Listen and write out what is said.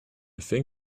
think